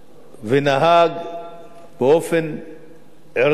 ונהג באופן ערכי,